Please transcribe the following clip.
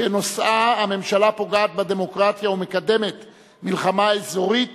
שנושאה: הממשלה פוגעת בדמוקרטיה ומקדמת מלחמה אזורית